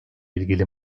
ilgili